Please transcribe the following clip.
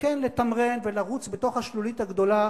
וכן לתמרן ולרוץ בתוך השלולית הגדולה